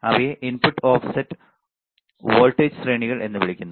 ഇവയെ input offset voltage ശ്രേണികൾ എന്ന് വിളിക്കുന്നു